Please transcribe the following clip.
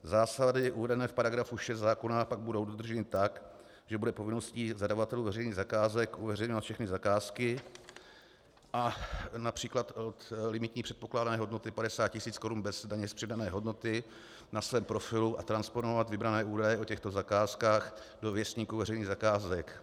Zásady uvedené v § 6 zákona pak budou dodrženy tak, že bude povinností zadavatelů veřejných zakázek uveřejňovat všechny zakázky a například od limitní předpokládané hodnoty 50 tis. korun bez daně z přidané hodnoty na svém profilu a transponovat vybrané údaje o těchto zakázkách do Věstníku veřejných zakázek.